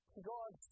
God